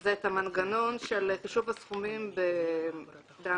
זה את המנגנון של חישוב הסכומים בענף